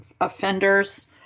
offenders